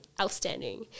outstanding